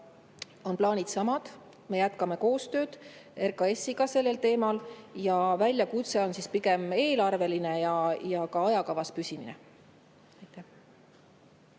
on plaanid samad. Me jätkame koostööd RKAS-iga sellel teemal ja väljakutse on pigem eelarveline ja ajakavas püsimine.